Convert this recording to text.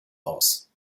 aus